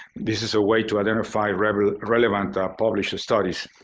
this is a way to identify relevant relevant ah published studies.